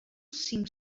cinc